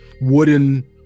wooden